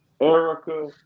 Erica